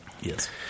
Yes